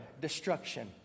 destruction